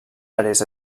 àrees